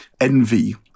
envy